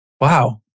Wow